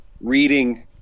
reading